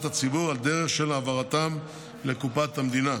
הציבור על דרך של העברתם לקופת המדינה.